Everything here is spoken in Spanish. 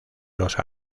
los